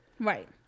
right